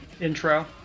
intro